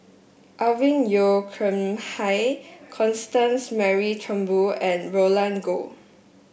Alvin Yeo Khirn Hai Constance Mary Turnbull and Roland Goh